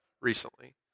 recently